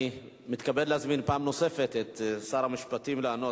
אני מתכבד להזמין פעם נוספת את שר המשפטים כדי לענות.